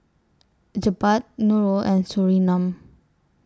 Jebat Nurul and Surinam